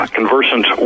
conversant